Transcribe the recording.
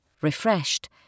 Refreshed